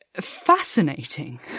fascinating